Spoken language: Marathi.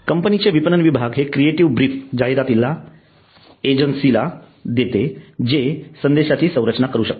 कंपनीचे विपणन विभाग हे क्रिएटिव्ह ब्रिफ जाहिरात एजन्सीला देते जे संदेशाची संरचना करू शकतात